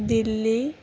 Delhi